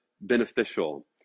beneficial